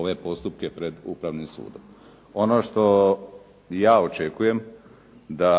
ove postupke pred upravnim sudom. Ono što ja očekujem da